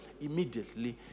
immediately